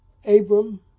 Abram